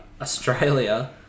Australia